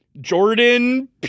Jordan